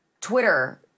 Twitter